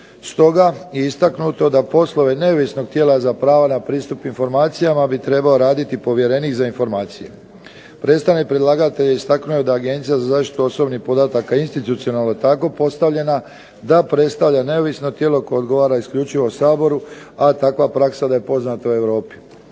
Stoga je istaknuto da poslove neovisnog tijela za prava na pristup informacijama bi trebao raditi povjerenik za informacije. Predstavnik predlagatelja istaknuo je da je Agencija za zaštitu osobnih podataka institucionalno tako postavljena da predstavlja neovisno tijelo koje odgovara isključivo Saboru, a takva praksa da je poznata u Europi.